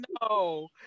no